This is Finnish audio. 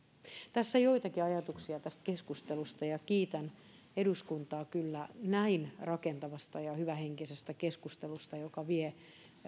tässä joitakin ajatuksia tästä keskustelusta kiitän eduskuntaa kyllä näin rakentavasta ja hyvähenkisestä keskustelusta joka vie